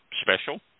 special